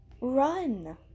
Run